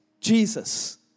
Jesus